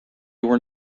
were